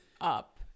up